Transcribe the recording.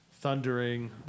thundering